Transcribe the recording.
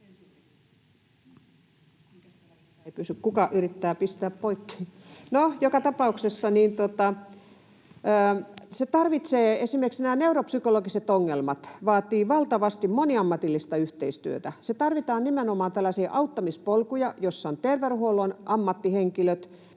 kuka yrittää pistää poikki? No, joka tapauksessa esimerkiksi neuropsykologiset ongelmat vaativat valtavasti moniammatillista yhteistyötä. Tarvitaan nimenomaan tällaisia auttamispolkuja, joissa on terveydenhuollon ammattihenkilöt: